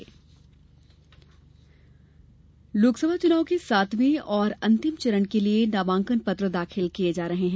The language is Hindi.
पर्चा दाखिल लोकसभा चुनाव के सातवें और अंतिम चरण के लिये नामांकन पत्र दाखिल किये जा रहे हैं